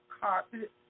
carpet